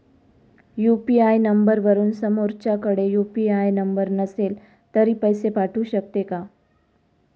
UPI नंबरवरून समोरच्याकडे UPI number नसेल तरी पैसे पाठवू शकते का?